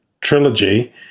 trilogy